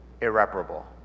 irreparable